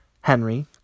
Henry